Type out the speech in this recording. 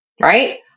right